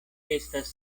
estas